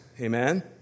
Amen